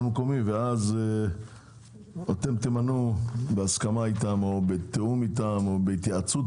מקומי ואז אתם תמנו בהסכמה איתם או בתאום איתם או בהתייעצות